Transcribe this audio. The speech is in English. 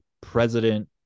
President